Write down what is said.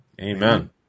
Amen